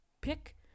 pick